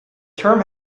term